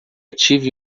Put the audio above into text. tive